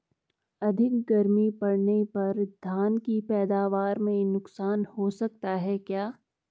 अधिक गर्मी पड़ने पर धान की पैदावार में नुकसान हो सकता है क्या?